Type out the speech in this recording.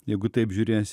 jeigu taip žiūrėsi